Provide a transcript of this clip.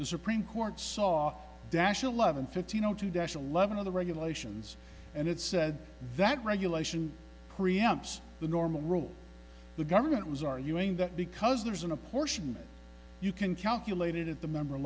the supreme court saw dash eleven fifteen o two desha level of the regulations and it said that regulation pre amps the normal rules the government was arguing that because there isn't a portion you can calculate it at the member